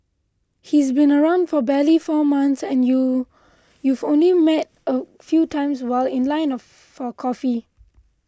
he's been around for barely four months and you you've only met a few times while in liner for coffee